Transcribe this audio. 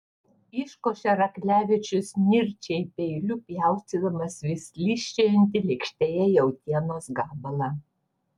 iškošė raklevičius nirčiai peiliu pjaustydamas vis slysčiojantį lėkštėje jautienos gabalą